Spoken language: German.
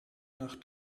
nach